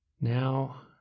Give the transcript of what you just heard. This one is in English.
now